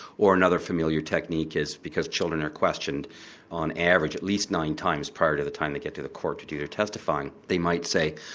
or another familiar technique is, because children are questioned on average at least nine times prior to the time they get to the court to do their testifying, they might say,